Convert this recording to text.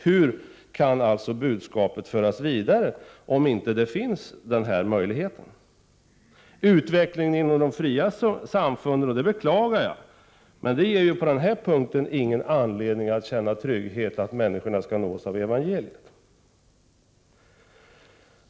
Hur kan alltså budskapet föras vidare om inte svenska kyrkan finns? Utvecklingen inom de fria samfunden — och det beklagar jag— ger ingen anledning att känna trygghet för att människorna skulle nås av evangeliet.